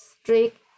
strict